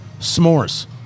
s'mores